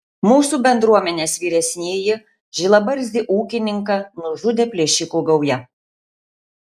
mūsų bendruomenės vyresnįjį žilabarzdį ūkininką nužudė plėšikų gauja